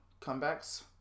comebacks